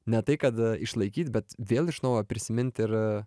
ne tai kad išlaikyt bet vėl iš naujo prisimint ir